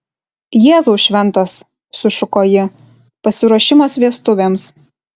jėzau šventas sušuko ji pasiruošimas vestuvėms